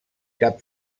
cap